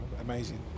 amazing